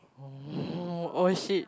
oh shit